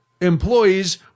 employees